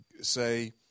say